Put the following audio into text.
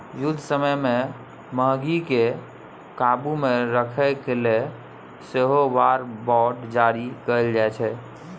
युद्ध समय मे महगीकेँ काबु मे राखय लेल सेहो वॉर बॉड जारी कएल जाइ छै